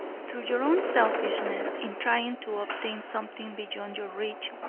through your own selfishness in trying to obtain something beyond your reach,